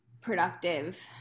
productive